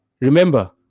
Remember